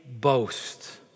boast